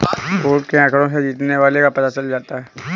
vote के आंकड़ों से जीतने वाले का पता चल जाता है